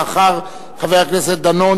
לאחר חבר הכנסת דנון,